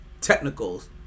technicals